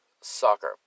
Soccer